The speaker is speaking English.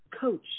coach